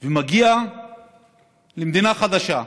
ומגיע למדינה חדשה,